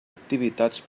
activitats